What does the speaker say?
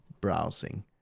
browsing